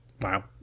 wow